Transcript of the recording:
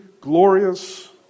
glorious